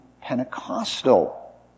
Pentecostal